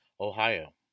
Ohio